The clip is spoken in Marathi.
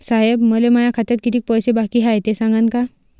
साहेब, मले माया खात्यात कितीक पैसे बाकी हाय, ते सांगान का?